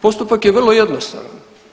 Postupak je vrlo jednostavan.